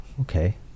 okay